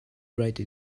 write